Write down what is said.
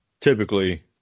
typically